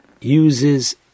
uses